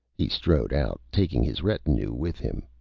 he strode out, taking his retinue with him.